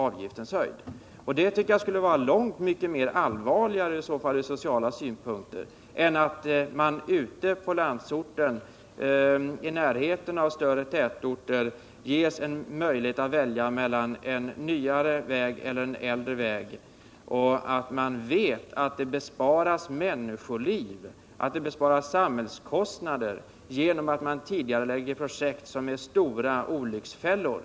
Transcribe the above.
Det tycker jag vore långt mer allvarligt ur sociala synpunkter än att man ute i landsorten i närheten av större tätorter får möjlighet att välja mellan en nyare och en äldre väg, i synnerhet som vi vet att en tidigareläggning av projekt räddar människoliv och medför samhällsekonomiska besparingar på grund av att man på det sättet tidigare kan få bort olycksfällor.